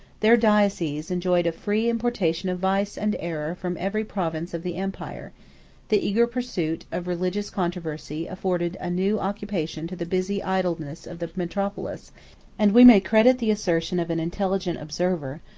their diocese enjoyed a free importation of vice and error from every province of the empire the eager pursuit of religious controversy afforded a new occupation to the busy idleness of the metropolis and we may credit the assertion of an intelligent observer,